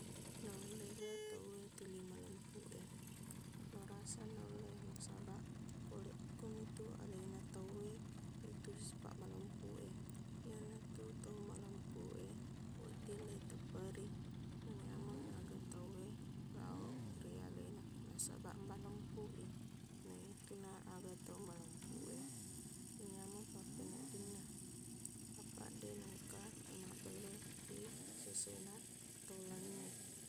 Naullega tauwe telli malempuq e lorasa naulle nasabaq pole okkomitu alena tauwe itu sipaq malempuq e iyanatu to malempuq e wedding leitepperi menyameng aga tauwe lao ri alena nasabaq malempuq i naituna aga tau malempuq e nyameng pappeneddinna apaq deq nengka namabbelle ri sesena tau laingnge